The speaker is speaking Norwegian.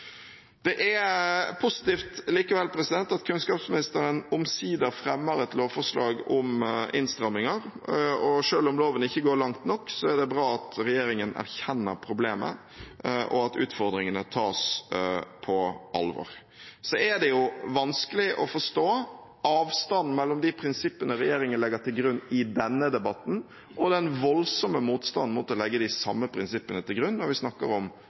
Det er likevel positivt at kunnskapsministeren omsider fremmer et lovforslag om innstramminger, og selv om loven ikke går langt nok, er det bra at regjeringen erkjenner problemet, og at utfordringene tas på alvor. Så er det jo vanskelig å forstå avstanden mellom de prinsippene regjeringen legger til grunn i denne debatten, og den voldsomme motstanden mot å legge de samme prinsippene til grunn når vi snakker om